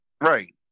Right